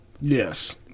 Yes